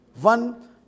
one